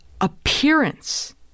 appearance